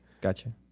Gotcha